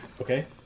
Okay